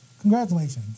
Congratulations